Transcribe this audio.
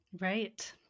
Right